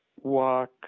walk